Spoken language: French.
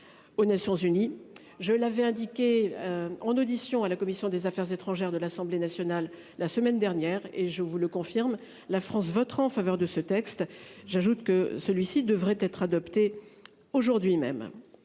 Aux Nations-Unies. Je l'avais indiqué. En audition à la commission des Affaires étrangères de l'Assemblée nationale la semaine dernière et je vous le confirme. La France voteront en faveur de ce texte. J'ajoute que celui-ci devrait être adopté aujourd'hui même